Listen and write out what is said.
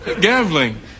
Gambling